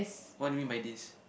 what do you mean by this